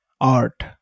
art